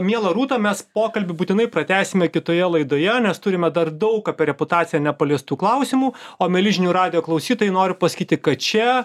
miela rūta mes pokalbį būtinai pratęsime kitoje laidoje nes turime dar daug apie reputaciją nepaliestų klausimų o mieli žinių radijo klausytojai noriu pasakyti kad čia